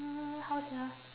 mm how sia